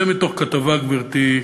זה מתוך כתבה, גברתי,